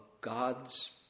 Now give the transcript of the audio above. God's